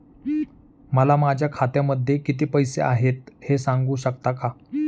मला माझ्या खात्यामध्ये किती पैसे आहेत ते सांगू शकता का?